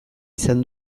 izan